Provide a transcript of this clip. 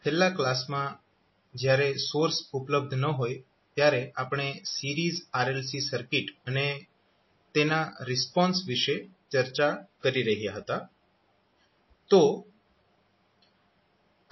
છેલ્લા કલાસ માં જયારે સોર્સ ઉપલબ્ધ ન હોય ત્યારે આપણે સિરીઝ RLC સર્કિટ અને તેનો રિસ્પોન્સ વિશે ચર્ચા કરી રહ્યા હતા